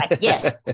Yes